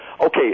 okay